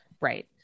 Right